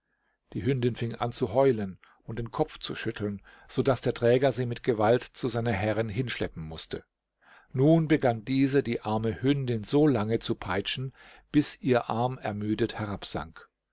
die hündin fing an zu heulen und den kopf zu schütteln so daß der träger sie mit gewalt zu seiner herrin hinschleppen mußte nun begann diese die arme hündin so lange zu peitschen bis ihr arm ermüdet herabsank